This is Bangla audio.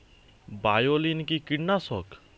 বায়োলিন কি কীটনাশক?